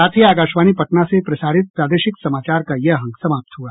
इसके साथ ही आकाशवाणी पटना से प्रसारित प्रादेशिक समाचार का ये अंक समाप्त हुआ